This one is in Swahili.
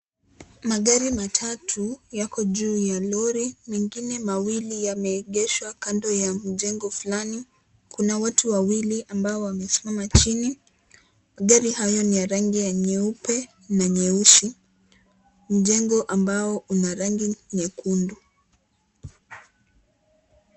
Magari matatu yako juu ya lori, mengine mawili yameegeshwa kando ya mjengo fulani. Kuna watu wawili ambao wamesimama chini. Magari hayo ni ya rangi nyeupe na nyeusi. Mjengo ambao una rangi nyekundu.